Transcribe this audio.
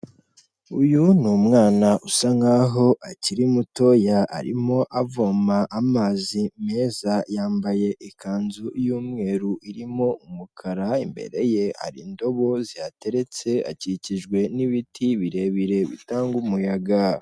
Uyu ni umwana usa nk'aho akiri mutoya, arimo avoma amazi meza, yambaye ikanzu y'umweru irimo umukara, imbere ye hari indobo zihateretse, akikijwe n'ibiti birebire bitanga umuyaga.